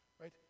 Right